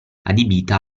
adibita